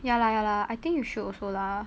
ya lah ya lah I think you should also lah